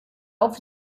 auf